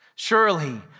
Surely